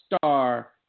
star